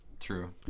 True